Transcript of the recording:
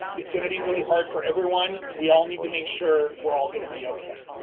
it's gonna be really hard for everyone, we all need to make sure we're all gonna be okay.